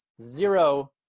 zero